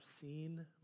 seen